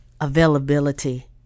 availability